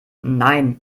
nein